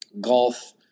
Golf